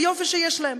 ויופי שיש להם,